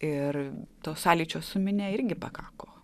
ir to sąlyčio su minia irgi pakako